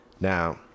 Now